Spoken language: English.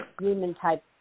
human-type